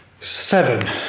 Seven